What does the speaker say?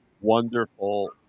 wonderful